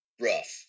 rough